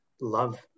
love